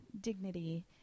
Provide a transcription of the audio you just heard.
dignity